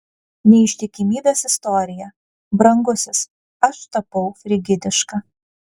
neištikimybės istorija brangusis aš tapau frigidiška